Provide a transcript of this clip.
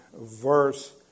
verse